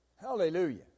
Hallelujah